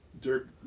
Dirk